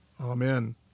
Amen